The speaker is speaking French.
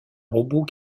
robot